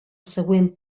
següent